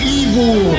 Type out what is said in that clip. evil